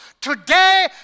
today